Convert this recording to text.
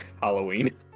Halloween